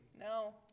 No